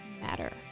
matter